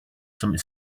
some